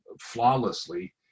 flawlessly